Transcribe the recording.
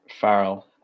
Farrell